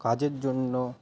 কাজের জন্য